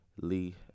Lee